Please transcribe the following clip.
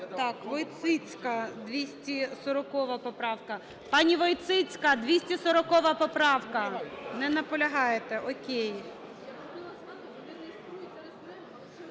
Так, Войціцька, 240 поправка. Пані Войціцька, 240 поправка! Не наполягаєте. О'кей.